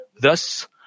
Thus